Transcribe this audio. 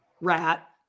Rat